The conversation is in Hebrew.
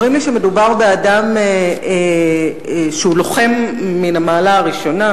אומרים לי שמדובר באדם שהוא לוחם מן המעלה הראשונה,